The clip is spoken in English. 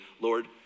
Lord